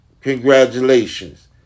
congratulations